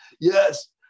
Yes